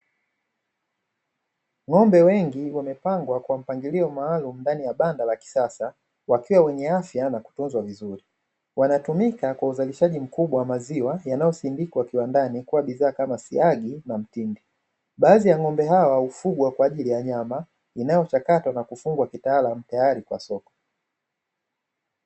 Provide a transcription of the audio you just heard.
Ng'ombe wengi wamepangwa kwa mpangilio maalumu ndani ya banda la kisasa wakiwa wenye afya na kutunzwa vizuri wanatumika kwa uzalishaji mkubwa wa maziwa yanayo sindikwa kiwandani kuwa bidhaa kama siyagi na mtindi, baadhi ya ng'ombe hawa hufugwa kwa ajili ya nyama inayochakatwa na kufungwa kitaalamu tayari kwa soko.